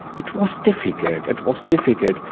it was difficult, it was difficult.